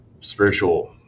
spiritual